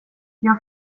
jag